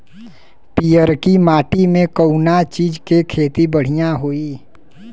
पियरकी माटी मे कउना चीज़ के खेती बढ़ियां होई?